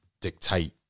dictate